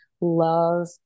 love